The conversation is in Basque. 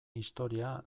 historia